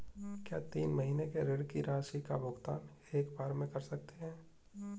क्या तीन महीने के ऋण की राशि का भुगतान एक बार में कर सकते हैं?